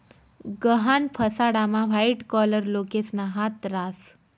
गहाण फसाडामा white collar लोकेसना हात रास